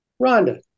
Rhonda